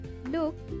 Look